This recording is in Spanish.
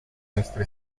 nuestra